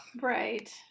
Right